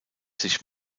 sich